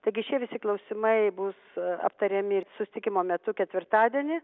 taigi šie visi klausimai bus aptariami ir susitikimo metu ketvirtadienį